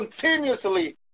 continuously